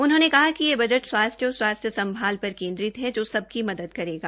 उन्होंने कहा कि यह बजट स्वास्थ्य और स्वास्थ्य संभाल पर केन्द्रित है जो सबकी मदद करेगा